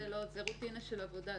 זו רוטינה של עבודה,